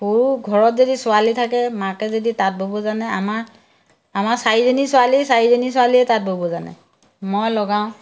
সৰু ঘৰত যদি ছোৱালী থাকে মাকে যদি তাঁত ব'ব জানে আমাৰ আমাৰ চাৰিজনী ছোৱালীয়ে চাৰিজনী ছোৱালীয়ে তাঁত ব'ব জানে মই লগাওঁ